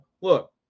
look